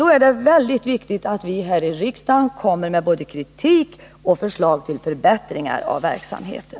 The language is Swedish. Då är det viktigt att vi i riksdagen kommer med både kritik och förslag till förbättringar av verksamheten.